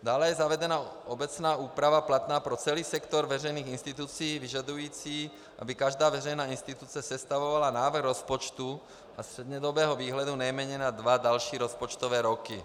Dále je zavedena obecná úprava platná pro celý sektor veřejných institucí, vyžadující, aby každá veřejná instituce sestavovala návrh rozpočtu a střednědobého výhledu nejméně na dva další rozpočtové roky.